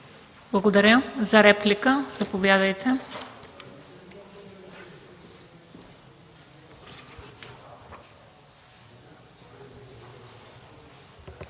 Благодаря. Реплика? Заповядайте.